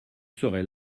serai